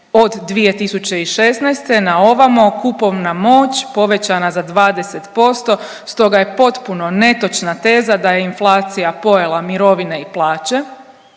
od 2016. naovamo kupovna moć povećana za 20%, stoga je potpuno netočna teza da je inflacija pojela mirovine i plaće.